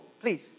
please